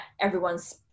everyone's